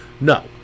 no